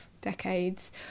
decades